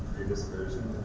previous version,